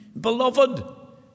Beloved